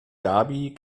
gaby